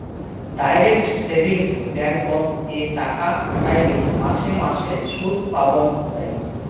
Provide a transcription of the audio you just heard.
direct savings ব্যাঙ্ককোত এ টাকা খাটাইলে মাসে মাসে সুদপাবঙ্গ যাই